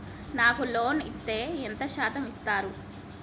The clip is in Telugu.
నాకు లోన్ ఇత్తే ఎంత శాతం ఇత్తరు?